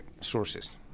sources